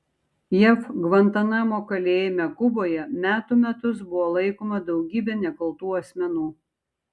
jav gvantanamo kalėjime kuboje metų metus buvo laikoma daugybė nekaltų asmenų